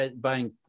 buying